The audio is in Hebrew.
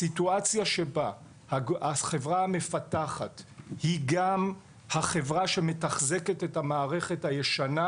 סיטואציה שבה החברה המפתחת היא גם החברה שמתחזקת את המערכת הישנה,